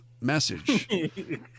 Message